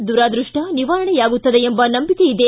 ದುರಾದೃಷ್ಟ ನಿವಾರಣೆಯಾಗುತ್ತದೆ ಎಂಬ ನಂಬಿಕೆಯಿದೆ